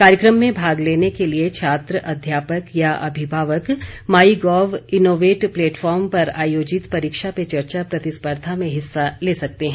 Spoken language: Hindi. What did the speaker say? कार्यक्रम में भाग लेने के लिए छात्र अध्यापक या अभिभावक माई गोव इनोवेट प्लेटफार्म पर आयोजित परीक्षा पे चर्चा प्रतिस्पर्धा में हिस्सा ले सकते हैं